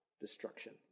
destruction